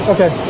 Okay